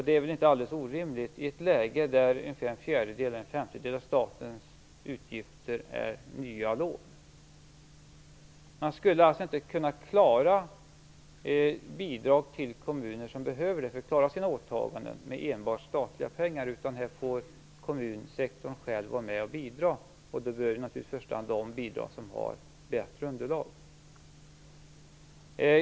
Det är väl inte alldeles orimligt i ett läge där ca 1 5 av statens utgifter är nya lån. Man skulle alltså inte kunna klara bidrag till kommuner som behöver det för att klara sina åtaganden med enbart statliga pengar. Här får kommunsektorn själv vara med och bidra. Då bör naturligtvis i första hand de bidra som har bättre underlag.